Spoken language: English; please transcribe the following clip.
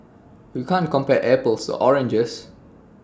you can't compare apples oranges